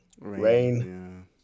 rain